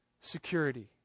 security